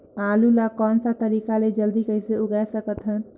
आलू ला कोन सा तरीका ले जल्दी कइसे उगाय सकथन?